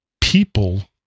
people